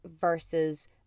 versus